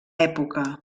època